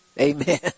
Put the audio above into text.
Amen